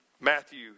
Matthew